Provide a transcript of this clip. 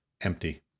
Empty